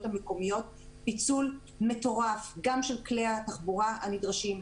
המקומיות פיצול מטורף גם ש לכלי התחבורה הנדרשים,